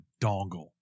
dongle